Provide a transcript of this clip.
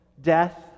death